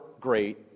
great